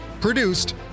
Produced